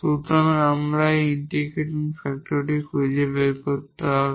সুতরাং আমরা এই ইন্টিগ্রেটিং ফ্যাক্টরটি খুঁজে বের করতে হবে